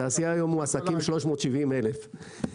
בתעשייה היום מועסקים 370 אלף.